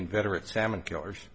inveterate salmon killers